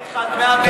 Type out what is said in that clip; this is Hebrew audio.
תאריך עד מאה-ועשרים.